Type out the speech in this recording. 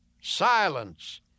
Silence